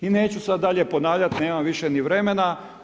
I neću sada dalje ponavljati, nemam više ni vremena.